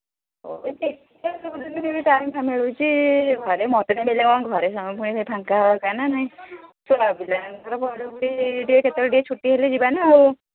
ହଉ ଦେଖିବା କୋଉଦିନ ଟାଇମ୍ ମିଳୁଛି ଘରେ ମୋତେ ତ ସମୟେ ଫାଙ୍କା ହେବା ଦରକାର ନା ନାହିଁ ଛୁଆ ପିଲାଙ୍କର କେତେବେଳେ ଟିକେ ଛୁଟି ହେଲେ ଯିବା ନା ଆଉ